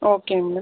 ஓகேங்க